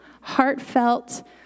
heartfelt